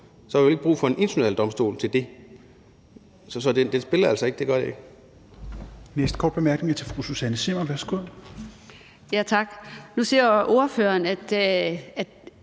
så har vi vel ikke brug for en international domstol til det? Så det spiller altså ikke, det gør det ikke.